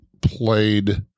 played